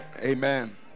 Amen